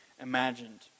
imagined